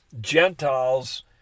Gentiles